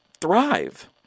thrive